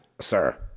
sir